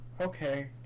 Okay